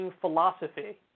philosophy